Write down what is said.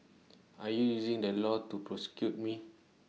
are you using the law to persecute me